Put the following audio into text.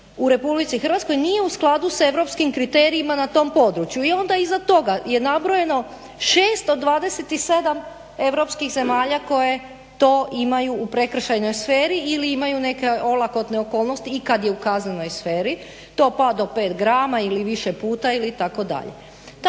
u Republici Hrvatskoj nije u skladu sa europskim kriterijima na tom području i onda iza toga je nabrojeno 6 od 27 europskih zemalja koje to imaju u prekršajnoj sferi ili imaju neke olakotne okolnosti i kad je u kaznenoj sferi, … do 5 grama ili više puta itd. Tad mi je